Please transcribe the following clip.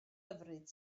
hyfryd